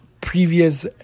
previous